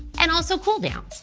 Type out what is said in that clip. and also cooldown.